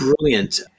Brilliant